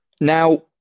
Now